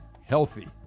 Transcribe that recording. healthy